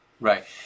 Right